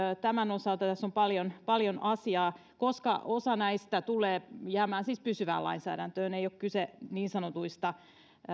tämän osalta tässä on paljon paljon asiaa koska osa näistä tulee siis jäämään pysyvään lainsäädäntöön ei ole kyse niin sanotuista